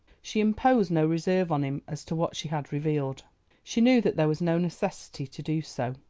she imposed no reserve on him as to what she had revealed she knew that there was no necessity to do so.